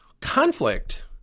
Conflict